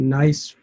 nice